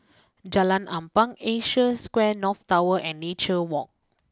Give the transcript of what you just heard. Jalan Ampang Asia Square North Tower and Nature walk